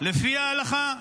לפי ההלכה.